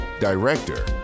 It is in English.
director